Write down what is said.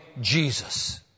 Jesus